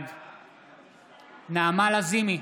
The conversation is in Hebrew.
בעד נעמה לזימי,